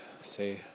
say